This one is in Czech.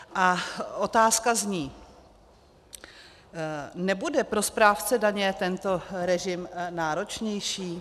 A otázka zní: Nebude pro správce daně tento režim náročnější?